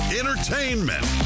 entertainment